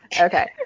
Okay